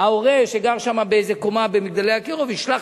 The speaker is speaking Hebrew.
ההורה שגר שם באיזו קומה ב"מגדלי אקירוב" ישלח